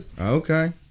Okay